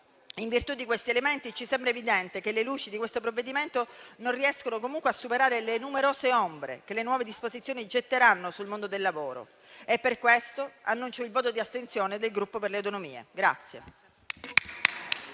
In virtù di questi elementi, ci sembra evidente che le luci di questo provvedimento non riescono comunque a superare le numerose ombre che le nuove disposizioni getteranno sul mondo del lavoro. Per questo, annuncio il voto di astensione del Gruppo Per le Autonomie.